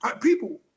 people